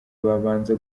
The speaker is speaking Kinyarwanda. babanza